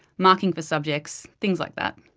marking for subjects, things like that.